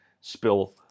spill